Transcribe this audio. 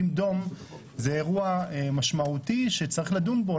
זה אירוע משמעותי שצריך לדון בו,